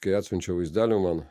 kai atsiunčia vaizdelių man